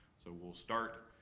so we'll start,